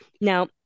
Now